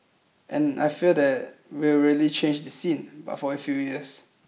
and I feel that will really change the scene but for a few years